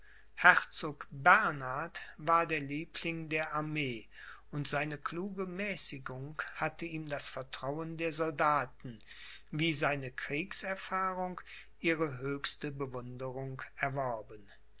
herzog bernhard war der liebling der armee und seine kluge mäßigung hatte ihm das vertrauen der soldaten wie seine kriegserfahrung ihre höchste bewunderung erworben